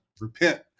repent